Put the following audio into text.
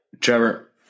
Trevor